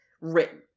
written